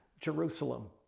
Jerusalem